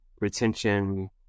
retention